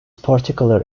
particular